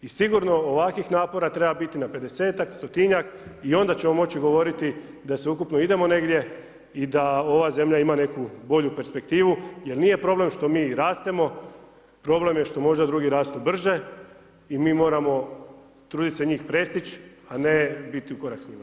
I sigurno ovakvih napora treba biti na 50-ak, 100-tinjak, i onda ćemo moći govoriti da sveukupno idemo negdje i da ova zemlja ima neku bolju perspektivu, jer nije problem što mi rastemo, problem je što možda drugi rastu brže, i mi moramo trudit se njih prestić', a ne biti u korak s njima.